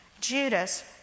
Judas